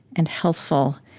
and healthful,